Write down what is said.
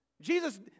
Jesus